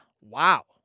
Wow